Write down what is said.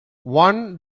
one